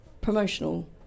promotional